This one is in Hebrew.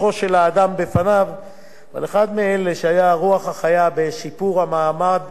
אבל אחד מאלה שהיו הרוח החיה בשיפור המערך הפנסיוני במדינת ישראל,